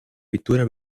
pittura